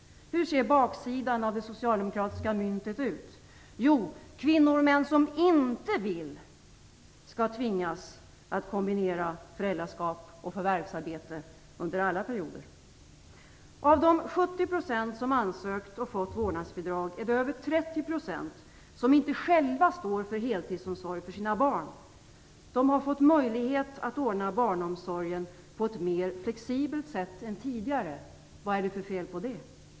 Hur ser baksidan av det socialdemokratiska myntet ut? Jo, kvinnor och män som inte vill skall tvingas att kombinera föräldraskap och förvärvsarbete under alla perioder. Av de 70 % som ansökt om och fått vårdnadsbidrag är det över 30 % som inte själva står för heltidsomsorg för sina barn. De har fått möjlighet att ordna barnomsorgen på ett mer flexibelt sätt än tidigare. Vad är det för fel på det?